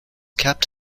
kept